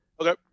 Okay